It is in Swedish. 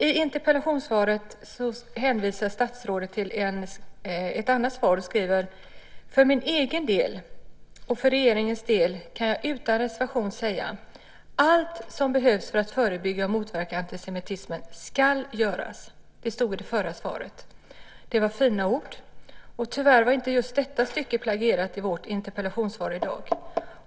I interpellationssvaret hänvisar statsrådet till ett annat svar. I detta skriver hon: "För min egen - och regeringens - del kan jag utan reservation säga: Allt som behövs för att förebygga och motverka antisemitism ska göras." Det var fina ord. Tyvärr var inte just detta stycke plagierat i vårt interpellationssvar i dag.